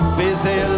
busy